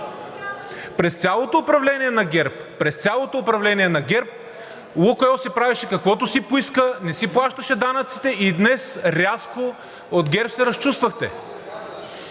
през цялото управление на ГЕРБ „Лукойл” си правеше каквото си поиска, не си плащаше данъците и днес рязко от ГЕРБ се разчувствахте.